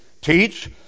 teach